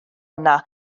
yno